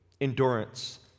Endurance